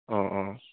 অ' অ'